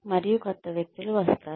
మరియు కొత్త వ్యక్తులు వస్తారు